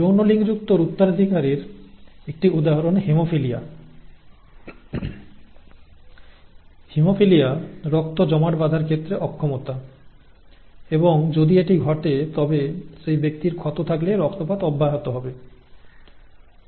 যৌন লিঙ্কযুক্ত উত্তরাধিকারের একটি উদাহরণ হেমোফিলিয়া হিমোফিলিয়া রক্ত জমাট বাঁধার ক্ষেত্রে অক্ষমতা এবং যদি এটি ঘটে তবে সেই ব্যক্তির ক্ষত থাকলে রক্তপাত অব্যাহত থাকে